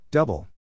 Double